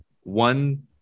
one